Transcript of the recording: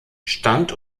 stand